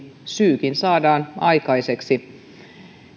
syykin saadaan aikaiseksi